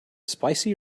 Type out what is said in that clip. spicy